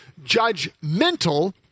judgmental